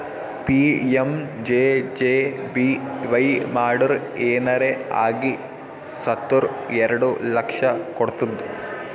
PMJJBY ಮಾಡುರ್ ಏನರೆ ಆಗಿ ಸತ್ತುರ್ ಎರಡು ಲಕ್ಷ ಕೊಡ್ತುದ್